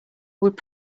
would